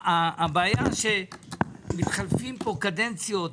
הבעיה היא שמתחלפות פה קדנציות,